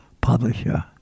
publisher